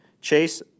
Chase